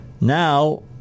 Now